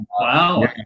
Wow